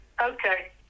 Okay